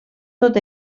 tot